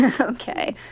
Okay